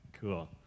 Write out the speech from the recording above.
cool